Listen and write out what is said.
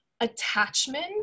attachment